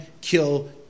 kill